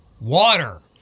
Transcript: water